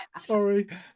sorry